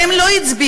והם לא הצביעו.